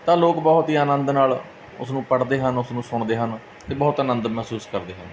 ਤਾਂ ਲੋਕ ਬਹੁਤ ਹੀ ਆਨੰਦ ਨਾਲ ਉਸਨੂੰ ਪੜ੍ਹਦੇ ਹਨ ਉਸ ਨੂੰ ਸੁਣਦੇ ਹਨ ਅਤੇ ਬਹੁਤ ਆਨੰਦ ਮਹਿਸੂਸ ਕਰਦੇ ਹਨ